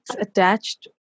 attached